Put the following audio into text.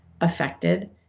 affected